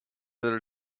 their